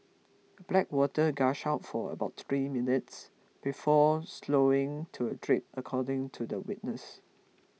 black water gushed out for about three minutes before slowing to a drip according to the witness